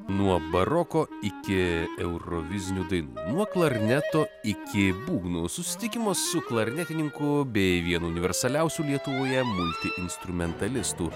nuo baroko iki eurovizinių dainų nuo klarneto iki būgnų susitikimus su klarnetininku bei vienu universaliausių lietuvoje multi instrumentalistu